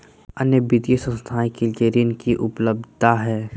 अन्य वित्तीय संस्थाएं के लिए ऋण की उपलब्धता है?